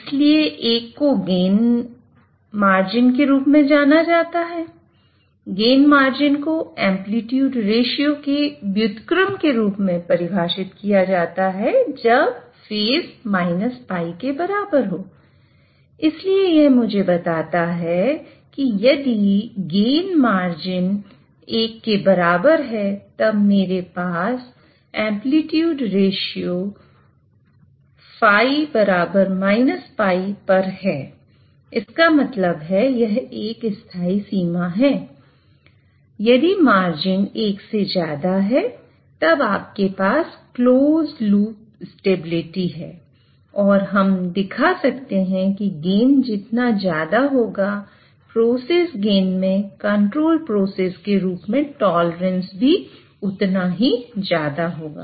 इसलिए एक को गेन मार्जिन भी उतना ज्यादा होगा